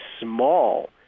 small